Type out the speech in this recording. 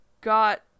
got